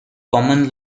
common